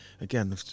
again